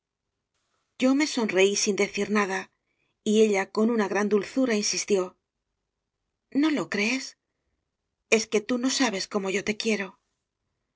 yo me sonreí sin decir nada y ella con una gran dulzura insistió no lo crees es que tú no sabes cómo yo te quiero